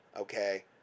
okay